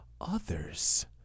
others